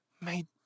made